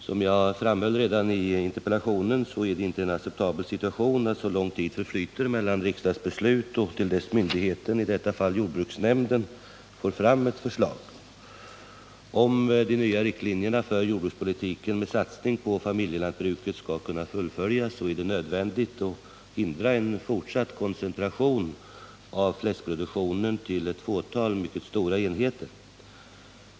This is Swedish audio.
Som jag framhöll redan i interpellationen är det inte en acceptabel situation att så lång tid förflyter mellan riksdagsbeslut och förslag från myndigheten, i detta fall jordbruksnämnden. Om de nya riktlinjerna för jordbrukspolitiken, med satsning på familjelantbruket, skall kunna fullföljas, är det nödvändigt att hindra en fortsatt koncentration av fläskproduktionen till ett fåtal mycket stora enheter.